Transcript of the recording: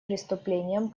преступлением